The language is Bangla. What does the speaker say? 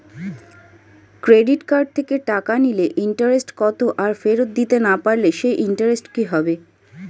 ক্রেডিট কার্ড থেকে টাকা নিলে ইন্টারেস্ট কত আর ফেরত দিতে না পারলে সেই ইন্টারেস্ট কি হবে?